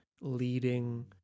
leading